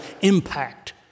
impact